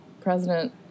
president